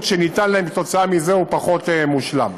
שניתן להם כתוצאה מזה הוא פחות מושלם.